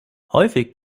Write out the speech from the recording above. häufig